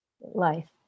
Life